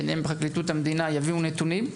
ביניהם פרקליטות המדינה יביאו נתונים.